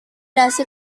dasi